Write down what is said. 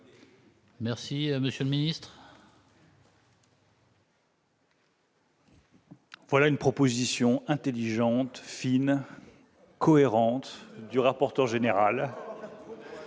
Merci, Monsieur le Ministre. Voilà une proposition intelligente, fine cohérente du rapporteur général